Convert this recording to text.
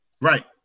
Right